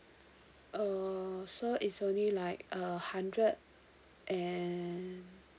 uh so it's only like uh hundred and